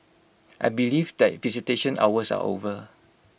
I believe that visitation hours are over